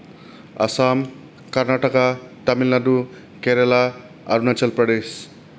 Assam Karnataka Tamil Nadu Kerala Arunachal Pradesh